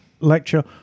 lecture